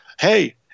hey